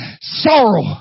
Sorrow